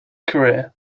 career